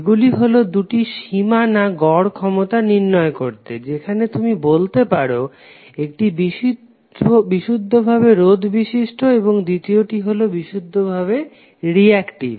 এইগুলি হলো দুটি সীমানা গড় ক্ষমতা নির্ণয় করতে যেখানে তুমি বলতে পারো একটি বিশুদ্ধ ভাবে রোধ বিশিষ্ট এবং দ্বিতীয়টি হল বিশুদ্ধ ভাবে রিঅ্যাক্টিভ